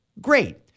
Great